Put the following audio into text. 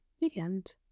weekend